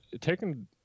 taking